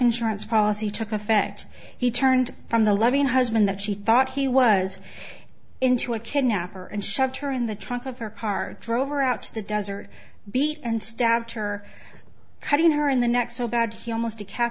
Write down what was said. insurance policy took effect he turned from the loving husband that she thought he was into a kidnapper and shoved her in the trunk of her car drove her out to the desert beat and stabbed her cutting her in the neck so bad he almost decap